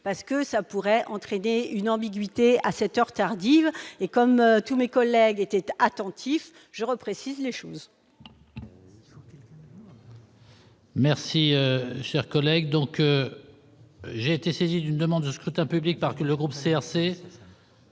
parce que ça pourrait entraîner une ambiguïté à cette heure tardive, et comme tous mes collègues étaient attentifs, je reprécise les choses. Merci, cher collègue, donc j'ai été saisi d'une demande de scrutin public, parce le groupe CRC.